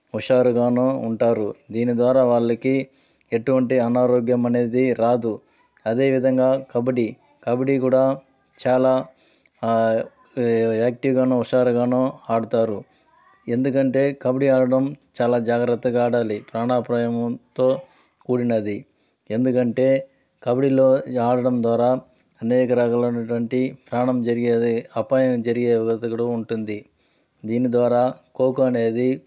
హుషారుగాను ఉంటారు దీని ద్వారా వాళ్ళకి ఎటువంటి అనారోగ్యం అనేది రాదు అదే విధంగా కబడ్డీ కబడ్డీ కూడా చాలా యాక్టివ్గానూ హుషారుగాను ఆడుతారు ఎందుకంటే కబడ్డీ ఆడడం చాలా జాగ్రత్తగా ఆడాలి ప్రాణాపాయంతో కూడినది ఎందుకంటే కబడ్డీలో ఆడడం ద్వారా అనేక రకాలైనటువంటి ప్రాణం జరిగేది అపాయం జరిగేది కూడా ఉంటుంది దీని ద్వారా ఖోఖో అనేది